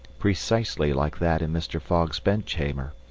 precisely like that in mr. fogg's bedchamber,